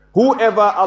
Whoever